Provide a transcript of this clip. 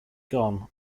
gone